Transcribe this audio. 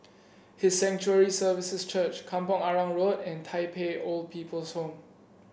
His Sanctuary Services Church Kampong Arang Road and Tai Pei Old People's Home